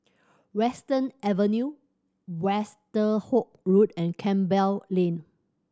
Western Avenue Westerhout Road and Campbell Lane